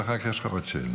ואחר כך יש לך עוד שאילתה.